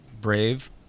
brave